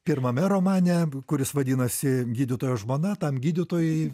pirmame romane kuris vadinasi gydytojo žmona tam gydytojui